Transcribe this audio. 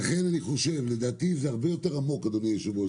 לכן לדעתי זה הרבה יותר עמוק, אדוני היושב-ראש.